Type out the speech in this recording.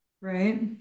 Right